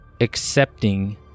accepting